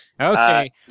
okay